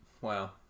Wow